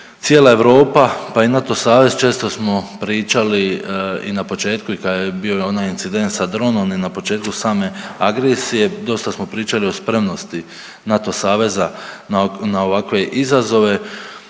cijela Europa, pa i NATO savez, često smo pričali i na početku i kad je bio onaj incident sa dronom i na početku same agresije dosta smo pričali o spremnosti NATO saveza na ovakve izazove.